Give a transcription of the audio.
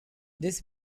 this